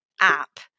app